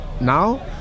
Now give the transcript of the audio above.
now